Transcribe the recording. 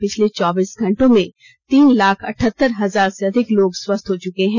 पिछले चौबीस घंटों में तीन लाख अठहत्तर हजार से अधिक लोग स्वस्थ हो चुके हैं